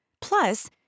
Plus